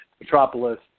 Metropolis